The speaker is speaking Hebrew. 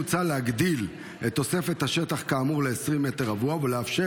מוצע להגדיל את תוספת השטח כאמור ל-20 מ"ר ולאפשר